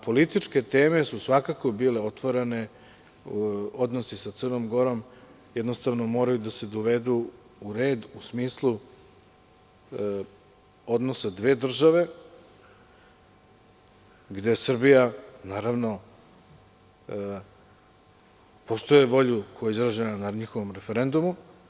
Političke teme su svakako bile otvarane, odnosi sa Crnom Gorom jednostavno moraju da se dovedu u red, u smislu odnosa dve države, gde Srbija naravno poštuje volju koja je izražena na njihovom referendumu.